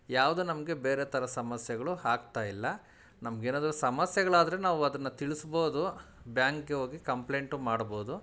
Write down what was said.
ಯಾವುದು ನಮಗೆ ಬೇರೆ ಥರ ಸಮಸ್ಯೆಗಳು ಆಗ್ತಯಿಲ್ಲ ನಮ್ಗೆ ಏನಾದರೂ ಸಮಸ್ಯೆಗಳು ಆದರೆ ನಾವು ಅದನ್ನು ತಿಳಿಸ್ಬೋದು ಬ್ಯಾಂಕಿಗೆ ಹೋಗಿ ಕಂಪ್ಲೇಂಟು ಮಾಡ್ಬೋದು